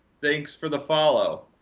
thanks for the follow.